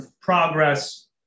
progress